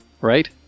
right